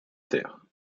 terre